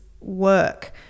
work